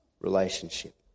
relationship